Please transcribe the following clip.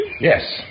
Yes